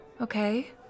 Okay